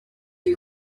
you